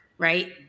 Right